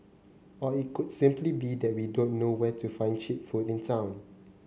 or it could simply be that we don't know where to find cheap food in town